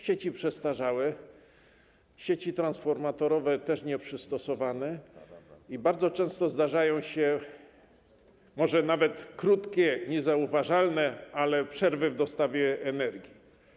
Sieci są przestarzałe, sieci transformatorowe są nieprzystosowane i bardzo często zdarzają się, może nawet krótkie, niezauważalne, ale przerwy w dostawie energii.